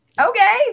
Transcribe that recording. Okay